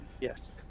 Yes